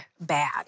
bad